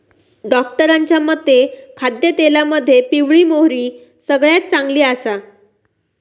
डॉक्टरांच्या मते खाद्यतेलामध्ये पिवळी मोहरी सगळ्यात चांगली आसा